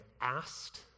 asked